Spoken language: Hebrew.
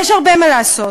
יש הרבה מה לעשות.